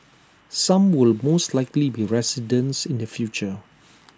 some will most likely be residents in the future